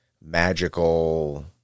magical